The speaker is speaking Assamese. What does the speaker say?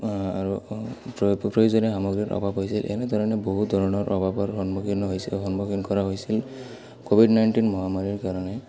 আৰু প্ৰয়োজনীয় সামগ্ৰীৰ অভাৱ হৈছিল এনেধৰণে বহু ধৰণৰ অভাৱৰ সন্মুখীন হৈছি সন্মুখীন কৰা হৈছিল ক'ভিড নাইণ্টিন মহামাৰীৰ কাৰণে